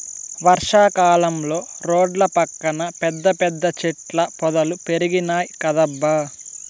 వర్షా కాలంలో రోడ్ల పక్కన పెద్ద పెద్ద చెట్ల పొదలు పెరిగినాయ్ కదబ్బా